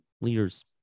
leaders